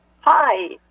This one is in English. Hi